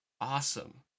Awesome